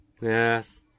Yes